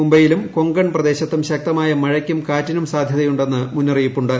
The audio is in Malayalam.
മുംബെയിലും കൊങ്കൺ പ്രദേശത്തും ശക്തമായ മഴക്കും കാറ്റിനും സാധ്യതയുണ്ടെന്ന് മുന്നറിയിപ്പുണ്ട്